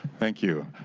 thank you.